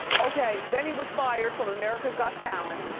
okay, then he was fired from america's got talent.